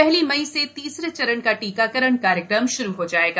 पहली मई से तीसरे चरण का टीकाकरण कार्यक्रम श्रू हो जायेगा